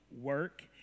work